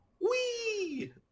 wee